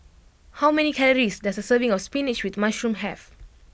how many calories does a serving of Spinach with Mushroom have